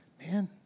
Man